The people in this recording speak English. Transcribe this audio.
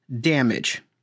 damage